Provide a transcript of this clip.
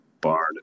barn